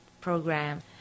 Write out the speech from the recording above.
program